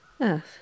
Earth